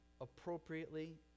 appropriately